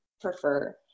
prefer